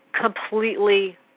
completely